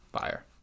fire